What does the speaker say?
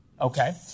Okay